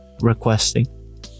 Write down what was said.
requesting